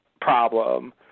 problem